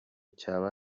cyaba